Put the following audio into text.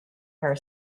her